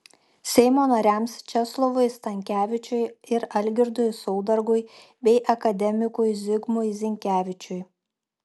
seimo nariams česlovui stankevičiui ir algirdui saudargui bei akademikui zigmui zinkevičiui